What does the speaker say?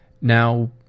Now